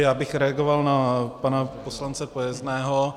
Já bych reagoval na pana poslance Pojezného.